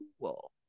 Cool